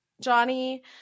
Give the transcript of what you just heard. johnny